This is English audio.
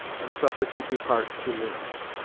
and suffered to depart to linz.